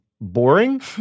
boring